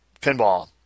pinball